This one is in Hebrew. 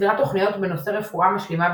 סדרת תוכניות בנושא רפואה משלימה,